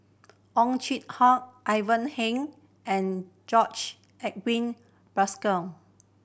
Ow Chin Hock Ivan Heng and George Edwin